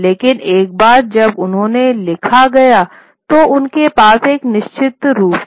लेकिन एक बार जब उन्होंने लिखा गया तो उनके पास एक निश्चित रूप है